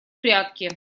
прятки